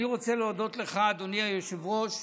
אני רוצה להודות לך, אדוני היושב-ראש.